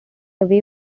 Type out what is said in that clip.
away